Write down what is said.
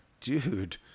dude